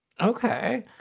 okay